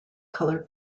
color